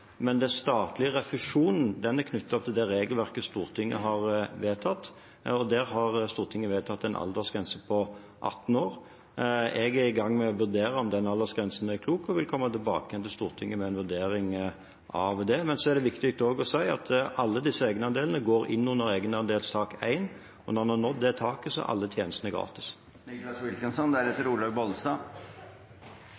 men den statlige refusjonen er knyttet til regelverket Stortinget har vedtatt. Der har Stortinget vedtatt en aldersgrense på 18 år. Jeg er i gang med å vurdere om den aldersgrensen er klok, og vil komme tilbake til Stortinget med en vurdering av det. Det er også viktig å si at alle disse egenandelene går inn under egenandelstak 1, og når en har nådd det taket, er alle tjenestene gratis. Nicholas Wilkinson